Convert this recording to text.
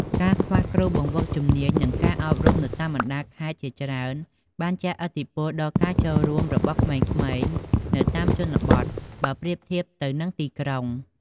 ការខ្វះគ្រូបង្វឹកជំនាញ និងការអប់រំនៅតាមបណ្ដាខេត្តជាច្រើនបានជះឥទ្ធិពលដល់ការចូលរួមរបស់ក្មេងៗនៅតាមជនបទ បើប្រៀបធៀបទៅនឹងទីក្រុង។